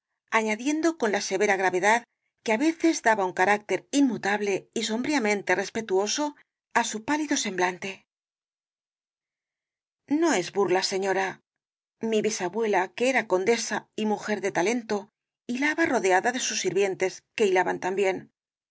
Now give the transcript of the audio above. añadiendo con la severa gravedad que á veces daba un carácter inmutable y sombríamente respetuoso á su pálido semblante no es burla señora mi bisabuela que era condesa y mujer de talento hilaba rodeada de sus sirvientes que hilaban también